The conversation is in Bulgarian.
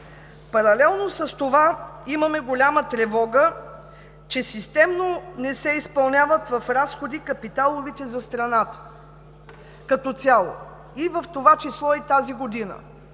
Паралелно с това имаме голяма тревога, че системно не се изпълняват капиталовите разходи за страната като цяло, в това число и тази година.